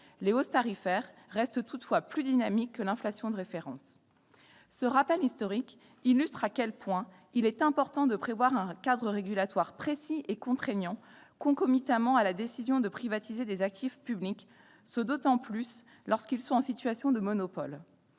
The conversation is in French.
Les hausses tarifaires restent toutefois plus dynamiques que l'inflation de référence. » Ce rappel historique illustre à quel point il est important de prévoir un cadre régulatoire précis et contraignant concomitamment à la décision de privatiser des actifs publics, d'autant plus lorsqu'ils sont en situation de monopole.